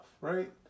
right